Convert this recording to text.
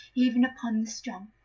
even upon the strong.